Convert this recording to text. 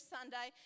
Sunday